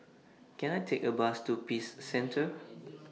Can I Take A Bus to Peace Centre